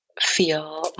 feel